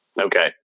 Okay